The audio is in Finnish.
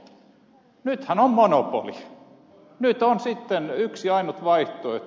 nythän on monopoli nyt on sitten yksi ainut vaihtoehto